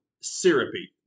syrupy